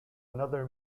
another